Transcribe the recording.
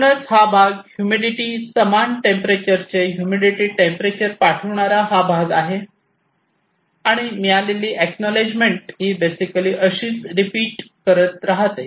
म्हणूनच हा भाग हा ह्युमिडिटी समान टेंपरेचरचे ह्युमिडिटी टेंपरेचर पाठविणारा हा भाग आहे आणि मिळालेली एक्नॉलेजमेंट ही बेसिकली अशीच रिपीट करत राहते